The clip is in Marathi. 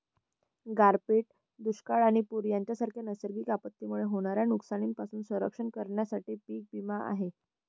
गारपीट, दुष्काळ आणि पूर यांसारख्या नैसर्गिक आपत्तींमुळे होणाऱ्या नुकसानीपासून संरक्षण करण्यासाठी पीक विमा आहे